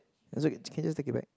can you just take it back